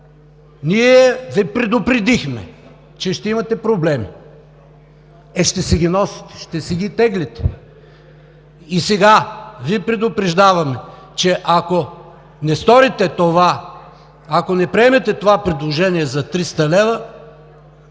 ние Ви предупредихме, че ще имате проблеми. Е, ще си ги носите, ще си ги теглите! И сега Ви предупреждаваме, че ако не сторите това, ако не приемете това предложение за 300 лв.,